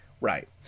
Right